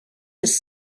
his